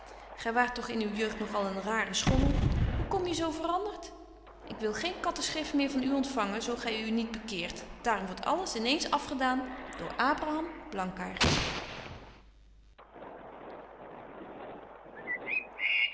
waart toch in uw jeugd nog al een rare schommel hoe kom je zo verandert ik wil geen katteschrift meer van u ontfangen zo gy u niet bekeert daarom wordt alles in eens afgedaan door